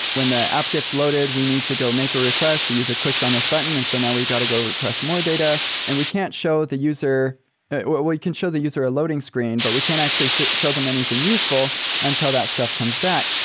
when the app gets loaded, we need to go make a request. the user clicks on this button and so now we got to go request more data and we can't show the user we can show the user a loading screen, but we can't actually so show them anything useful until that stuff comes back.